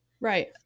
right